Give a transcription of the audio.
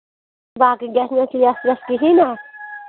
باقٕے گژھِ نہٕ أسۍ لیٚس ویس کِہیٖنۍ نا